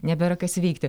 nebėra kas veikti